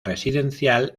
residencial